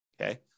okay